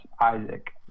isaac